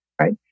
right